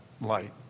light